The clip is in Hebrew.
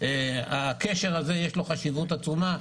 הקשר הזה יש לו חשיבות עצומה,